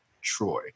troy